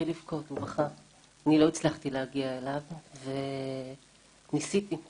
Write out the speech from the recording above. אני בעוד שתי דקות אצא לדיון בוועדה לענייני ביקורת המדינה.